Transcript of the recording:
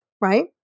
right